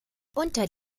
unter